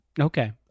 okay